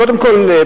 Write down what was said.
קודם כול,